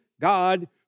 God